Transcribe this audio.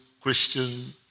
Christian